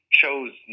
chose